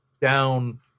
down